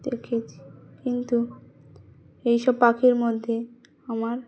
দেখেছি কিন্তু এইসব পাখির মধ্যে আমার